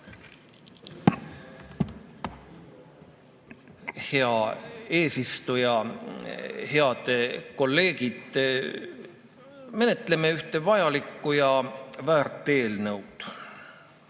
Hea eesistuja! Head kolleegid! Me menetleme ühte vajalikku ja väärt eelnõu.